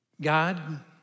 God